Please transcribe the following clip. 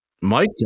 Mike